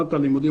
שנת הלימודים